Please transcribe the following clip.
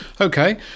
okay